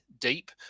deep